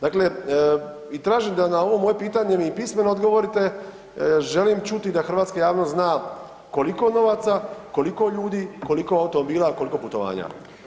Dakle, tražim da mi na ovo moje pitanje pismeno odgovorite, želim čuti da hrvatska javnost zna koliko novaca, koliko ljudi, koliko automobila, koliko putovanja.